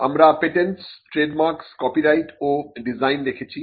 আমরা patents trademarks copyright ও design দেখেছি